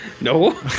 No